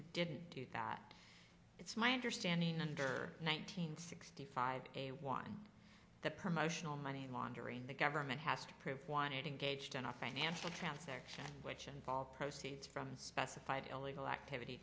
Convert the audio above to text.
didn't do that it's my understanding under nineteen sixty five a one the promotional money laundering the government has to prove juanita gagetown a financial transaction which involved proceeds from specified illegal activity